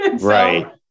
right